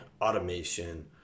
automation